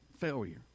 Failure